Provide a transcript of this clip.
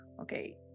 okay